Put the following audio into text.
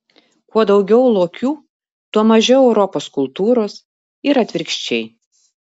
kuo daugiau lokių tuo mažiau europos kultūros ir atvirkščiai